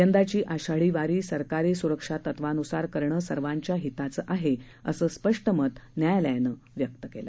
यंदाची आषाढी वारी सरकारी स्रक्षा तत्वान्सार करणं सर्वाच्या हिताचं आहे असं स्पष्ट मत न्यायालयानं व्यक्त केलं